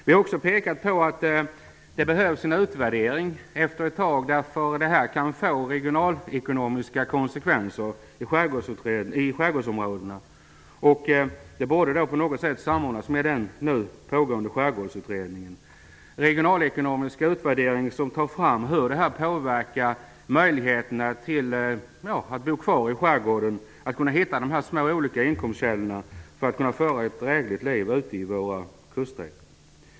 Vi har också pekat på att det behövs en utvärdering efter en tid. Det här kan få regionalekonomiska konsekvenser i skärgårdsområdena. Det borde på något sätt samordnas med den nu pågående skärgårdsutredningen. Det skulle vara en regionalekonomisk utvärdering som tar fram hur det här påverkar möjligheterna att bo kvar i skärgården och att kunna hitta de olika små inkomstkällorna som gör att man kan föra ett drägligt liv längs våra kuster.